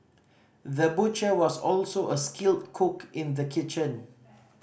the butcher was also a skilled cook in the kitchen